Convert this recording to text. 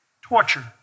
torture